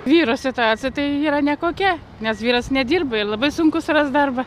vyro situacija tai yra nekokia nes vyras nedirba ir labai sunku surast darbą